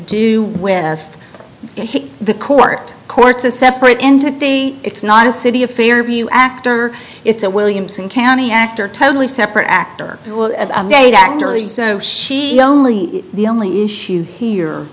do with the court court's a separate entity it's not a city of fairview actor it's a williamson county actor totally separate actor date actors she only the only issue here